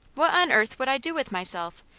what on earth would i do with myself,